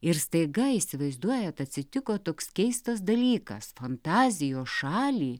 ir staiga įsivaizduojat atsitiko toks keistas dalykas fantazijos šalį